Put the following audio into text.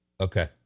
Okay